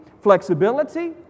flexibility